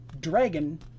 dragon